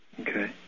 okay